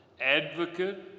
advocate